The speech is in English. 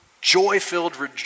joy-filled